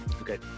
okay